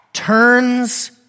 turns